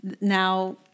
now